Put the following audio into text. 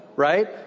Right